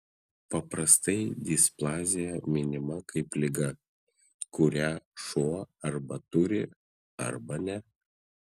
paprastai displazija minima kaip liga kurią šuo arba turi arba ne